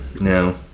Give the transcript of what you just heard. No